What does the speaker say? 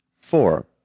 four